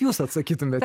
jūs atsakytumėte